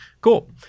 cool